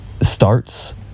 starts